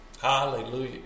Hallelujah